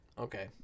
Okay